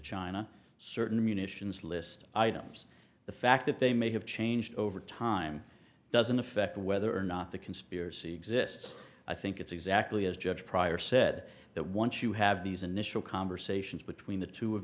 china certain munitions list items the fact that they may have changed over time doesn't affect whether or not the conspiracy exists i think it's exactly as judge prior said that once you have these initial conversations between the two of